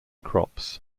crops